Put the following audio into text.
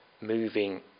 moving